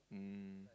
mm